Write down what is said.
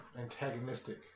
antagonistic